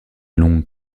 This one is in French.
longues